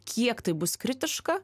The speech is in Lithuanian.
kiek tai bus kritiška